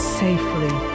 safely